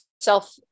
self